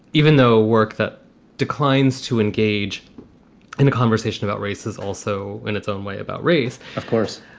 even though work that declines to engage in a conversation about race is also in its own way about race. of course.